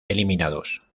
eliminados